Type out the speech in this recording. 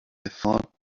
thought